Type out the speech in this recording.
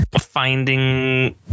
finding